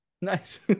Nice